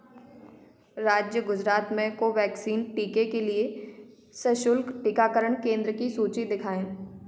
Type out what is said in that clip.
राज्य गुजरात में कोवैक्सीन टीके के लिए सशुल्क टीकाकरण केंद्र की सूची दिखाएँ